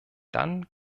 dann